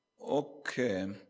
Okay